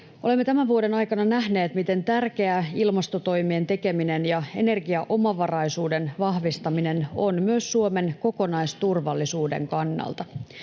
Olemme tämän vuoden aikana nähneet, miten tärkeää ilmastotoimien tekeminen ja energiaomavaraisuuden vahvistaminen on myös Suomen kokonaisturvallisuuden kannalta.